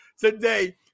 today